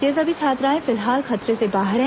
ये सभी छात्राएं फिलहाल खतरे से बाहर हैं